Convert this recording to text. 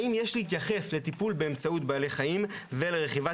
האם יש להתייחס לטיפול באמצעות בעלי חיים ולרכיבה